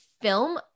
film